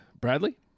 Bradley